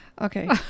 Okay